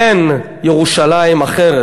אין ירושלים אחרת.